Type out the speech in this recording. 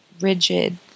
rigid